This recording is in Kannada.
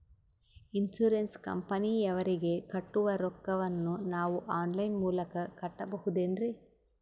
ಇನ್ಸೂರೆನ್ಸ್ ಕಂಪನಿಯವರಿಗೆ ಕಟ್ಟುವ ರೊಕ್ಕ ವನ್ನು ನಾನು ಆನ್ ಲೈನ್ ಮೂಲಕ ಕಟ್ಟಬಹುದೇನ್ರಿ?